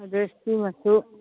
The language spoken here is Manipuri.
ꯑꯗꯣ ꯁꯤꯃꯁꯨ